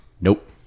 nope